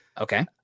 Okay